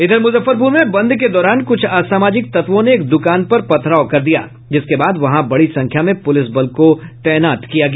इधर मुजफ्फरपुर में बंद के दौरान कुछ असामाजिक तत्वों ने एक दुकान पर पथराव कर दिया जिसके बाद वहां बड़ी संख्या में पुलिस बलों को तैनात किया गया